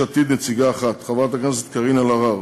יש עתיד, נציגה אחת, חברת הכנסת קארין אלהרר,